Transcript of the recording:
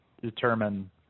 determine